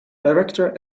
director